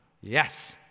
Yes